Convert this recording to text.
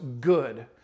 good